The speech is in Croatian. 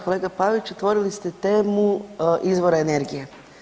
Kolega Pavić otvorili ste temu izvora energije.